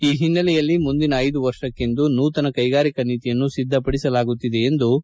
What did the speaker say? ಈ ಓನ್ನೆಲೆಯಲ್ಲಿ ಮುಂದಿನ ಐದು ವರ್ಷಕ್ಕೆಂದು ನೂತನ ಕೈಗಾರಿಕಾ ನೀತಿಯನ್ನು ಸಿದ್ಧಪಡಿಸಲಾಗುತ್ತಿದೆ ಎಂದು ತಿಳಿಸಿದರು